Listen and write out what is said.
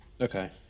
Okay